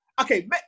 okay